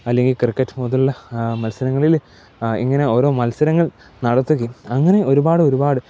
അല്ലെങ്കിൽ ക്രിക്കറ്റ് മുതൽ മത്സരങ്ങളിൽ ഇങ്ങനെ ഓരോ മത്സരങ്ങൾ നടത്തിക്കും അങ്ങനെ ഒരുപാടൊരുപാട്